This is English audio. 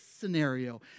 scenario